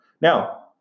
Now